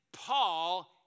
Paul